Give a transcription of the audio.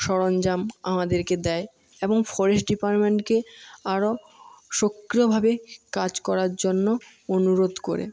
সরঞ্জাম আমাদেরকে দেয় এবং ফরেস্ট ডিপার্টমেন্টকে আরও সক্রিয়ভাবে কাজ করার জন্য অনুরোধ করে